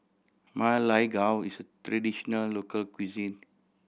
Ma Lai Gao is a traditional local cuisine